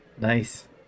nice